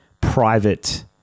private